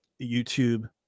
YouTube